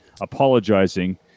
apologizing